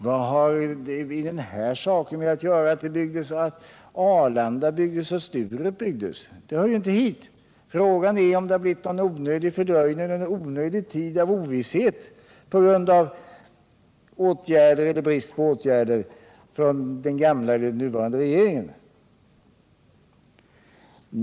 Vad har det med den här saken att göra att Arlanda och Sturup byggdes? Det hör ju inte hit. Frågan är om det har blivit någon onödig fördröjning eller någon onödig tid av ovisshet på grund av åtgärder eller brist på åtgärder från den gamla eller den nuvarande regeringen.